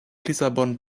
lissabon